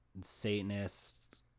satanists